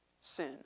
sin